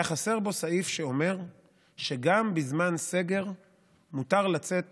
היה חסר בו סעיף שאומר שגם בזמן סגר מותר לצאת